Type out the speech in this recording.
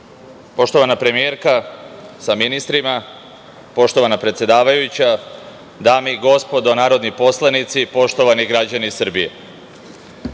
Poštovana premijerka sa ministrima, poštovana predsedavajuća, dame i gospodo narodni poslanici, poštovani građani Srbije,